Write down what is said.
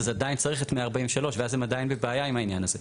אז עדיין צריך את 143 ואז הם עדיין בבעיה עם העניין הזה.